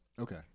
Okay